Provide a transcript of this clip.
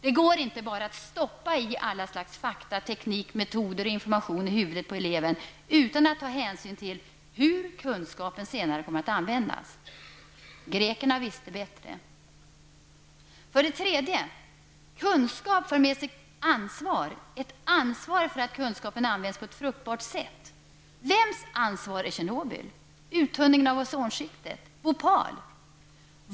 Det går inte att bara stoppa in alla slags fakta, teknik, metoder och information i huvudet på eleven utan att ta hänsyn till hur kunskapen senare kommer att användas. Grekerna visste bättre. För det tredje anser vi att kunskap för med sig ansvar, ett ansvar för att kunskapen används på ett fruktbart sätt. Vem bär ansvaret för olyckan i Tjernobyl, uttunningen av ozonskiktet och händelserna i Bhopal?